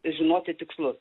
žinoti tikslus